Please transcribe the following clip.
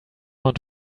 want